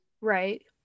Right